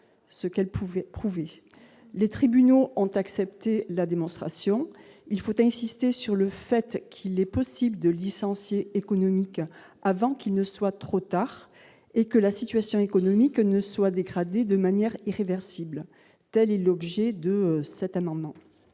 ce qu'elle pouvait prouver les tribunaux ont accepté la démonstration, il faut insister sur le fait qu'il est possible de licenciés économiques avant qu'il ne soit trop tard et que la situation économique ne soit dégradée de manière irréversible, telle est l'objet de cet amendement.